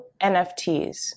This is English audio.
NFTs